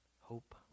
hope